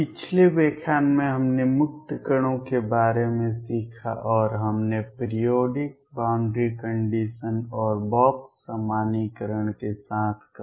पिछले व्याख्यान में हमने मुक्त कणों के बारे में सीखा और हमने पीरिऑडिक बॉउंड्री कंडीशंस और बॉक्स सामान्यीकरण के साथ कहा